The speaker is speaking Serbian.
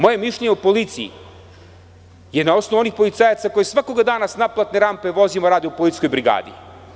Moje mišljenje o policiji je na osnovu onih policajaca koje svakoga dana s naplatne rampe vozim a radi u Policijskoj brigadi.